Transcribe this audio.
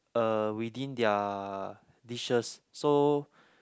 uh within their dishes so